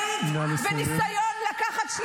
עכשיו, דרך אגב, אני לא יודעת מה